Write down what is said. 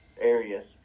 areas